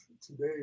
today